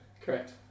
Correct